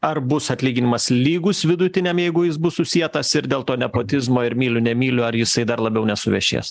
ar bus atlyginimas lygus vidutiniam jeigu jis bus susietas ir dėl to nepotizmo ir myliu nemyliu ar jisai dar labiau nesuvešės